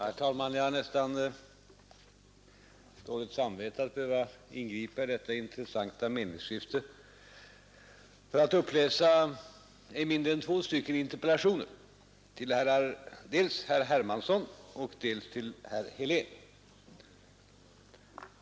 Herr talman! Jag har nästan dåligt samvete när jag nu ingriper i detta intressanta meningsskifte för att uppläsa ej mindre än två interpellationssvar — dels till herr Hermansson, dels till herr Helén.